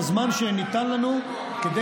אנחנו מנצלים את הזמן שניתן לנו כדי